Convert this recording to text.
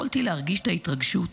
יכולתי להרגיש את ההתרגשות,